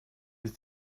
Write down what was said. ist